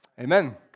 Amen